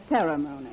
ceremony